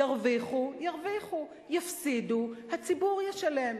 ירוויחו, ירוויחו, יפסידו, הציבור ישלם,